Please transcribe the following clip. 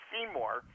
Seymour